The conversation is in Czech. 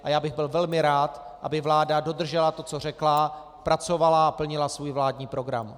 A já bych byl velmi rád, aby vláda dodržela to, co řekla, pracovala a plnila svůj vládní program.